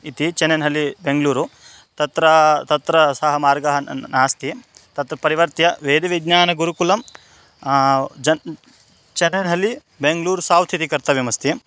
इति चन्नैनहल्लि बेङ्ग्लूरु तत्र तत्र सः मार्गः न् नास्ति तत् परिवर्त्य वेदविज्ञानगुरुकुलं जन् चन्नैनहल्लि बेङ्ग्लूर् सौत् इति कर्तव्यमस्ति